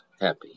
happy